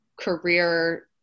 career